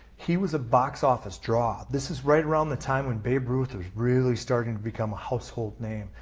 he was a box office draw. this is right around the time when babe ruth was really starting to become a household name.